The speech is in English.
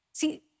See